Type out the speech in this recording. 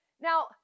Now